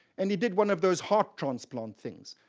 and he did one of those heart transplant things,